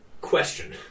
Question